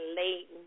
late